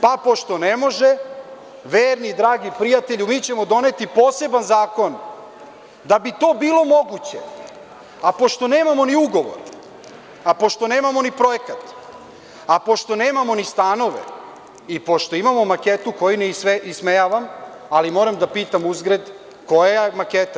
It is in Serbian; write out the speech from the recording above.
Pa pošto ne može, verni i dragi prijatelju, mi ćemo doneti poseban zakon, da bi to bilo moguće, a pošto nemamo ni ugovor, a pošto nemamo ni projekat, a pošto nemamo ni stanove, i pošto imamo maketu koju ne ismejavam, ali moram da pitam uzgred, koja je maketa?